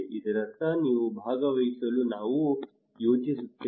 ಇದರರ್ಥ ನೀವು ಭಾಗವಹಿಸಲು ನಾನು ಯೋಜಿಸುತ್ತೇನೆ